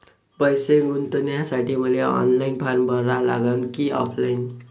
पैसे गुंतन्यासाठी मले ऑनलाईन फारम भरा लागन की ऑफलाईन?